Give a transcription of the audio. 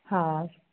हा